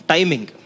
Timing